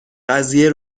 قضیه